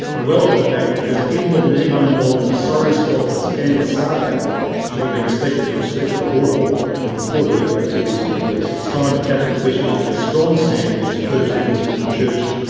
a relevant fact, because he more than anyone involved in the sorry squalid, scandalous saga should have been expected to respect the law and report illegal activities to police. it's time the catholic bishops took ah strong stand against clergy abuse within the church,